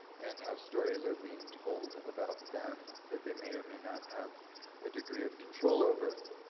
and how stories are being told about them, that they may or may not have a degree of control over.